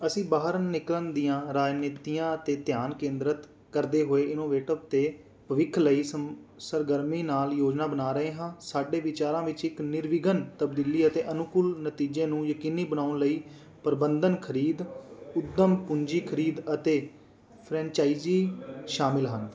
ਅਸੀਂ ਬਾਹਰ ਨਿਕਲਣ ਦੀਆਂ ਰਣਨੀਤੀਆਂ 'ਤੇ ਧਿਆਨ ਕੇਂਦਰਤ ਕਰਦੇ ਹੋਏ ਇਨੋਵੇਟਿਵ ਅਤੇ ਭਵਿੱਖ ਲਈ ਸਮ ਸਰਗਰਮੀ ਨਾਲ ਯੋਜਨਾ ਬਣਾ ਰਹੇ ਹਾਂ ਸਾਡੇ ਵਿਚਾਰਾਂ ਵਿੱਚ ਇੱਕ ਨਿਰਵਿਘਨ ਤਬਦੀਲੀ ਅਤੇ ਅਨੁਕੂਲ ਨਤੀਜੇ ਨੂੰ ਯਕੀਨੀ ਬਣਾਉਣ ਲਈ ਪ੍ਰਬੰਧਨ ਖ਼ਰੀਦ ਉੱਦਮ ਪੂੰਜੀ ਖ਼ਰੀਦ ਅਤੇ ਫਰੈਂਚਾਈਜ਼ੀ ਸ਼ਾਮਲ ਹਨ